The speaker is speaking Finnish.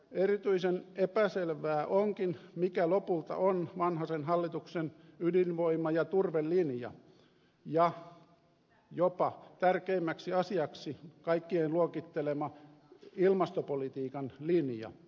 erityisen epäselvää onkin mikä lopulta on vanhasen hallituksen ydinvoima ja turvelinja ja jopa tärkeimmäksi asiaksi kaikkien luokittelema ilmastopolitiikan linja